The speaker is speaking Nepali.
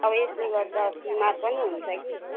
अब यसले गर्दा बिमार पनि हुन्छ कि